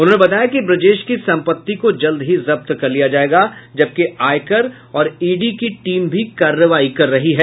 उन्होंने बताया कि ब्रजेश की संपत्ति को जल्द ही जब्त कर लिया जायेगा जबकि आयकर और ईडी की टीम भी कार्रवाई कर रही है